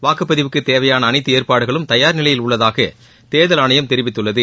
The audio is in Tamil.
வாக்குப்பதிவுக்குத் தேவையானஅனைத்துஏற்பாடுகளும் தயார் நிலையில் உள்ளதாகதேர்தல் ஆணையம் தெரிவித்துள்ளது